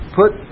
put